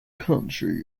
country